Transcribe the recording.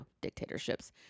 dictatorships